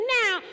now